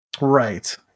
right